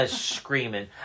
screaming